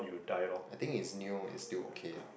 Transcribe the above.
I think it's new it's still okay